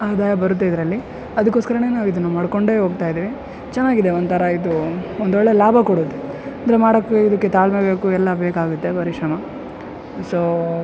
ಆದಾಯ ಬರುತ್ತೆ ಇದರಲ್ಲಿ ಅದಕ್ಕೋಸ್ಕರನೇ ನಾವು ಇದನ್ನ ಮಾಡ್ಕೊಂಡೇ ಹೋಗ್ತಾಯಿದ್ದೀವಿ ಚೆನ್ನಾಗಿದೆ ಒಂಥರ ಇದು ಒಂದು ಒಳ್ಳೆಯ ಲಾಭಕೋಡುತ್ತೆ ಅಂದರೆ ಮಾಡಕ್ಕೆ ಇದಕ್ಕೆ ತಾಳ್ಮೆ ಬೇಕು ಎಲ್ಲ ಬೇಕಾಗತ್ತೆ ಪರಿಶ್ರಮ ಸೋ